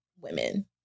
women